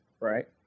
right